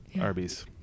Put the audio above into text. Arby's